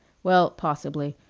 well, possibly.